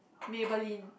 Maybelline